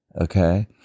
Okay